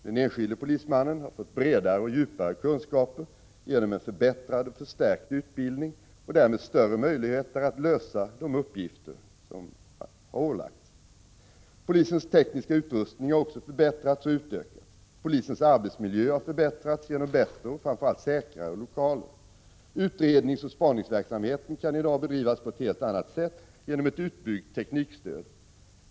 Den enskilde polismannen har fått bredare och djupare kunskaper genom en förbättrad och förstärkt utbildning och därmed större möjligheter att lösa de uppgifter som han har ålagts. Polisens tekniska utrustning har också förbättrats och utökats. Polisens arbetsmiljö har förbättrats genom bättre och framför allt säkrare lokaler. Utredningsoch spaningsverksamheten kan idag bedrivas på ett helt annat sätt genom ett utbyggt teknikstöd.